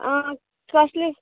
आं कसलें